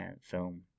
film